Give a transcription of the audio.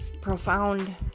profound